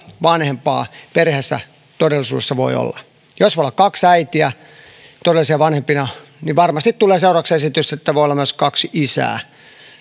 vanhempaa perheessä todellisuudessa voi olla jos voi olla kaksi äitiä todellisina vanhempina niin varmasti tulee seuraavaksi esitys että voi olla myös kaksi isää